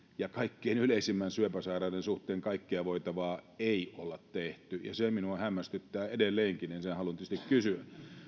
ja kaikkein yleisimmän syöpäsairauden suhteen kaikkea voitavaa ei olla tehty se minua hämmästyttää edelleenkin ja sen haluan tietysti kysyä